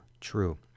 true